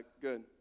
good